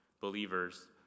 believers